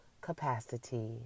capacity